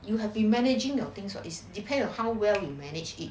you have been managing your things for it's depend on how well we manage it